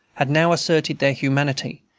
had now asserted their humanity,